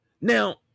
now